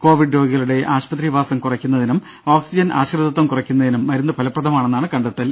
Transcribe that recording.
Covid രോഗികളുടെ ആശുപത്രി വാസം കുറയ്ക്കുന്നതിനും ഓക്സിജൻ ആശ്രിതത്വം കുറയ്ക്കുന്നതിനും മരുന്ന് ഫലപ്രദമാണെന്നാണു കണ്ടെത്തൽ